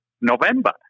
November